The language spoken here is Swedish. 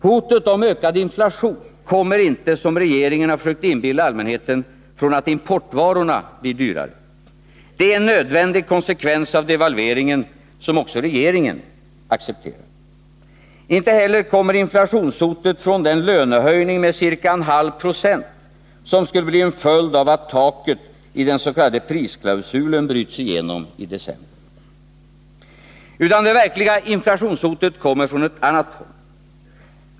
Hotet om ökad inflation kommer inte, som regeringen försökt inbilla allmänheten, från att importvarorna blir dyrare. Detta är en nödvändig konsekvens av devalveringen, som även regeringen accepterar. Inte heller kommer inflationshotet från den lönehöjning med ca 0,5 96 som skulle bli en följd av att taket i den s.k. prisklausulen bryts igenom i december. Det verkliga inflationshotet kommer i stället från annat håll.